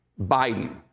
Biden